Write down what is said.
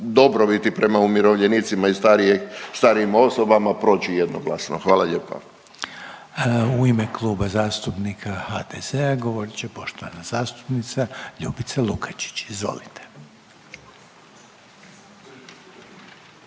dobrobiti prema umirovljenicima i starije, starijim osobama proći jednoglasno. Hvala lijepa. **Reiner, Željko (HDZ)** U ime Kluba zastupnika HDZ-a govorit će poštovana zastupnica Ljubica Lukačić, izvolite.